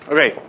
Okay